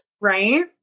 Right